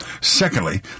Secondly